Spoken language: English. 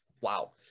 Wow